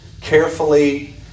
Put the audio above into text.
Carefully